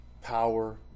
Power